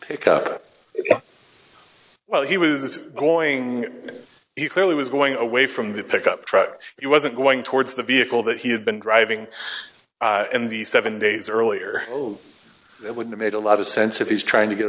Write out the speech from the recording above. pick up well he was going he clearly was going away from the pickup truck it wasn't going towards the vehicle that he had been driving in the seven days earlier so it would have made a lot of sense if he's trying to get